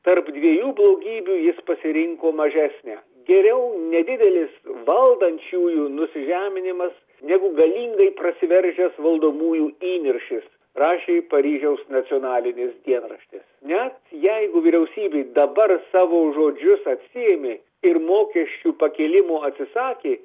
tarp dviejų blogybių jis pasirinko mažesnę geriau nedidelis valdančiųjų nusižeminimas negu galingai prasiveržęs valdomųjų įniršis rašė paryžiaus nacionalinis dienraštis net jeigu vyriausybė dabar savo žodžius atsiėmė ir mokesčių pakėlimo atsisakė